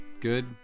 good